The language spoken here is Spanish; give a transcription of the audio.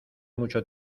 mucho